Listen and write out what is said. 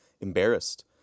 embarrassed